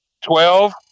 Twelve